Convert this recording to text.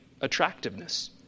attractiveness